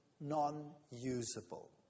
non-usable